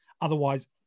Otherwise